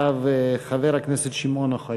אחריו, חבר הכנסת שמעון אוחיון.